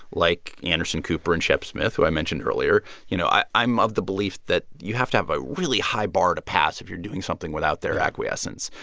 like anderson cooper and shep smith, who i mentioned earlier, you know, i'm of the belief that you have to have a really high bar to pass if you're doing something without their acquiescence.